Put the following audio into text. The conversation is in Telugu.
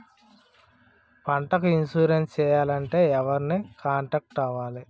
పంటకు ఇన్సురెన్స్ చేయాలంటే ఎవరిని కాంటాక్ట్ అవ్వాలి?